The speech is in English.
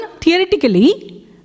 theoretically